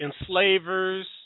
enslavers